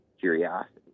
curiosity